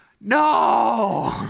No